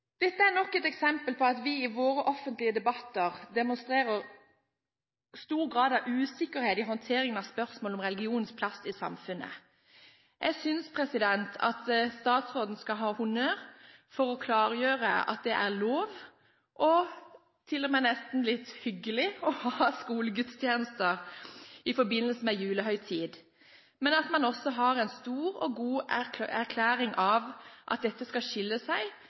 Dette er nok et eksempel på at vi i våre offentlige debatter demonstrerer stor grad av usikkerhet i håndteringen av spørsmål om religionens plass i samfunnet. Jeg synes statsråden skal ha honnør for å klargjøre at det er lov – og til og med nesten litt hyggelig – å ha skolegudstjenester i forbindelse med julehøytiden, men at man også har en stor og god erklæring om at dette skal